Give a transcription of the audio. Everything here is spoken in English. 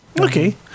Okay